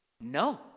No